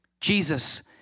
Jesus